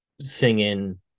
singing